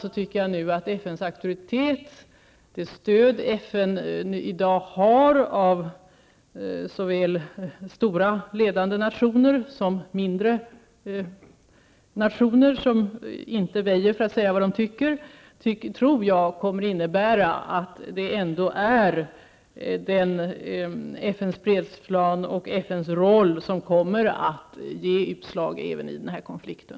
Jag tror trots allt att FNs auktoritet och det stöd FN i dag har såväl av stora, ledande nationer som av mindre nationer som inte väjer för att säga vad de tycker, kommer att medföra att det blir FNs fredsplan och FNs roll som kommer att ge utslag i den här konflikten.